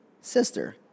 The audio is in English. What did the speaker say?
sister